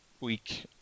week